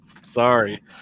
Sorry